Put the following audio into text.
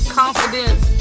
confidence